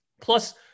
Plus